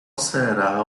será